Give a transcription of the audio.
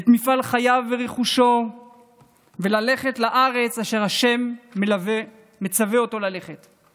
את מפעל חייו ואת רכושו וללכת לארץ אשר ה' מצווה אותו ללכת אליה.